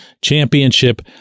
championship